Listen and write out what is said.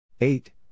Eight